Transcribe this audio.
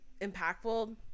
impactful